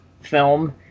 film